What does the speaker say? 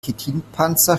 chitinpanzer